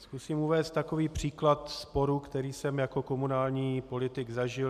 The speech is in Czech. Zkusím uvést takový příklad sporu, který jsem jako komunální politik zažil.